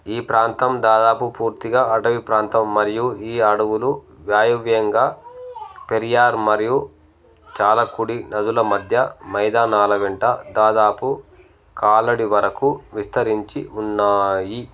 ఈ ప్రాంతం దాదాపు పూర్తిగా అటవీ ప్రాంతం మరియు ఈ అడవులు వ్యాయువ్యంగా పెరియార్ మరియు చాలకుడి నదుల మధ్య మైదానాల వెంట దాదాపు కాలడి వరకు విస్తరించి ఉన్నాయి